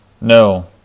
No